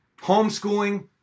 homeschooling